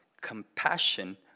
compassion